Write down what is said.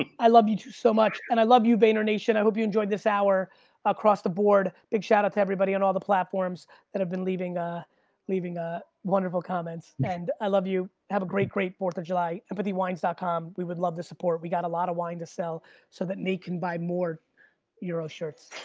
ah i love you two so much and i love you vayner nation, i hope you enjoyed this hour across the board. big shout out to everybody on all the platforms that have been leaving ah leaving ah wonderful comments and i love you. have a great, great fourth of july. empathywines com, we would love to support, we got a lot of wine to sell so that nate they can buy more euro shirts,